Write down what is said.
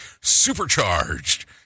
supercharged